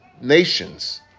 nations